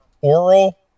oral